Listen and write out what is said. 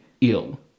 ill